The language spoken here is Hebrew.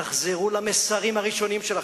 תחזרו למסרים הראשונים שלכם: